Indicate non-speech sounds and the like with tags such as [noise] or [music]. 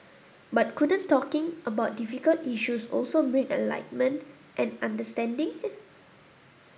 but couldn't talking about difficult issues also bring enlightenment and understanding [noise]